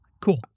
Cool